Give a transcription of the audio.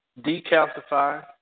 decalcify